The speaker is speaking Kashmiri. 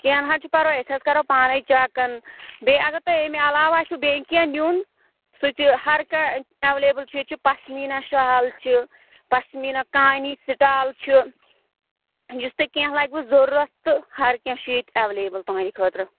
کیٚنٛہہ نہَ حظ چھُ پَرواے أسی حظ کَرو پانے چَک بیٚیہِ اگر تۄہہِ اَمہِ علاو آسوٕ بیٚیہِ کیٚنٛہہ نِیُن سُہ تہِ ہر کانٛہہ ایٚویلیبُل چھُ ییٚتہِ چھُ پشمیٖنا شال چھِ پشمیٖنا کانی سِٹال چھِ یُس تۄہہ کیٚنٛہہ لگوٕ ضروٗرت تہٕ ہر کیٚنٛہہ چھُ ییٚتہِ ایٚویلیبُل تُہنٛدٕ خٲطرٕ